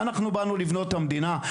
אנחנו באנו לבנות את המדינה,